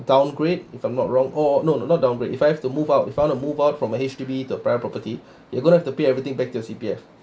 downgrade if I'm not wrong orh no no not downgrade if I have to move out if I want to move out from a H_D_B to private property you are going to have to pay everything back to your C_P_F